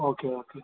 okay okay